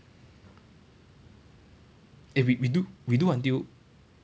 eh we we do we do until